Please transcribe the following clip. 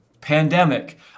pandemic